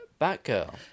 Batgirl